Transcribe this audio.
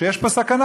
שיש פה סכנה.